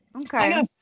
okay